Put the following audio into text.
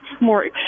more